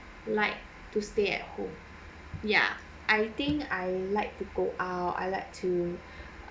like to stay at home yeah I think I like to go out I like to